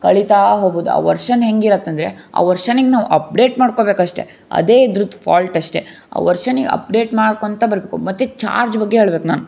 ಕಳಿತಾ ಹೋಗೋದು ಆ ವರ್ಷನ್ ಹೇಗಿರುತ್ತಂದ್ರೆ ಆ ವರ್ಷನಿಗೆ ನಾವು ಅಪ್ಡೇಟ್ ಮಾಡ್ಕೊಳ್ಬೇಕಷ್ಟೆ ಅದೇ ಇದ್ರದ್ದು ಫಾಲ್ಟ್ ಅಷ್ಟೇ ಆ ವರ್ಷನಿಗೆ ಅಪ್ಡೇಟ್ ಮಾಡ್ಕೊಳ್ತಾ ಬರಬೇಕು ಮತ್ತೆ ಚಾರ್ಜ್ ಬಗ್ಗೆ ಹೇಳ್ಬೇಕು ನಾನು